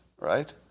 right